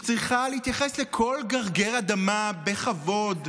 שצריכה להתייחס לכל גרגר אדמה בכבוד,